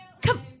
come